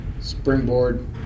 springboard